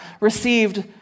received